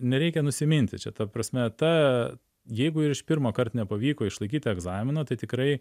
nereikia nusiminti čia ta prasme ta jeigu ir iš pirmo kart nepavyko išlaikyti egzamino tai tikrai